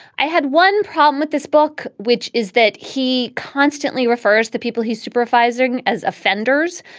i had one problem with this book, which is that he constantly refers the people he's supervising as offenders.